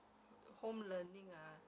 home learning ah